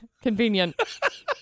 Convenient